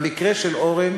במקרה של אורן,